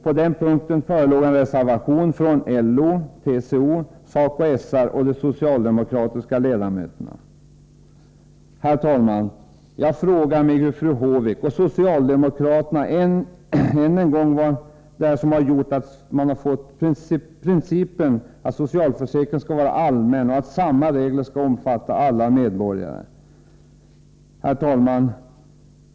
På den punkten förelåg en reservation från LO, TCO, SACO/SR och de socialdemokratiska ledamöterna.” Jag frågar fru Håvik och socialdemokraterna än en gång: Vad är det som gjort att man frångått principen att socialförsäkringen skall vara allmän och att samma regler skall omfatta alla medborgare? Herr talman!